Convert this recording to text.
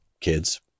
kids